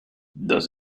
does